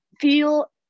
feel